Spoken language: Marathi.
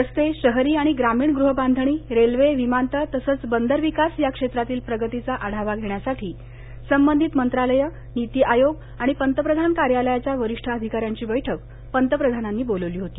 रस्ते शहरी आणि ग्रामीण गृहबांधणी रेल्वे विमानतळ तसंच बंदरविकास या क्षेत्रातील प्रगतीचा आढावा घेण्यासाठी संबंधित मंत्रालयं नीती आयोग आणि पंतप्रधान कार्यालयाच्या वरिष्ठ अधिकाऱ्यांची बैठक पंतप्रधानांनी बोलावली होती